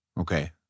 Okay